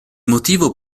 motivo